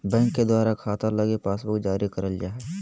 bank के द्वारा खाता लगी पासबुक जारी करल जा हय